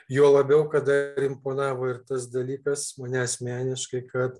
juo labiau kada imponavo ir tas dalykas mane asmeniškai kad